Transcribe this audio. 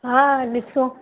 हा ॾिसो